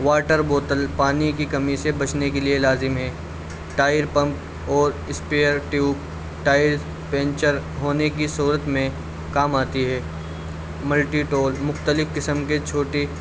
water بوتل پانی کی کمی سے بچنے کے لیے لازم ہے ٹائر پمپ اور اسپیئر ٹیوب ٹائرز پینچر ہونے کی صورت میں کام آتی ہے ملٹی ٹول مختلف قسم کے چھوٹی